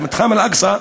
את מתחם אל-אקצא,